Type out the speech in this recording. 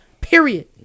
Period